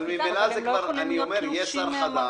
אבל ממילא זה כבר אני אומר: יש שר חדש